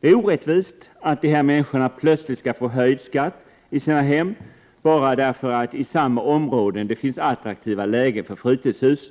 Det är orättvist att dessa människor plötsligt skall få höjd skatt på sina hem bara därför att det i samma områden finns attraktiva lägen för fritidshus